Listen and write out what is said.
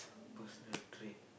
personal trait